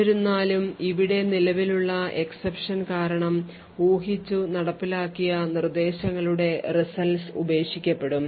എന്നിരുന്നാലും ഇവിടെ നിലവിലുള്ള exception കാരണം ഊഹിച്ചു നടപ്പിലാക്കിയ നിർദ്ദേശങ്ങളുടെ results ഉപേക്ഷിക്കപ്പെടും